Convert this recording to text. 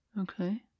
Okay